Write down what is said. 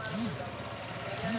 हम साल भर में एक लाख रूपया कमाई ला